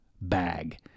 bag